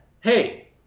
hey